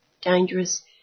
dangerous